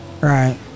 Right